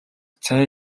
цай